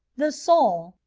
the soul,